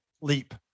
leap